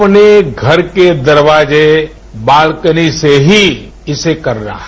अपने घर के दरवाजे बालकनी से ही इसे करना है